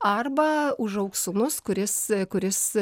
arba užaugs sūnus kuris kuris